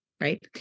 right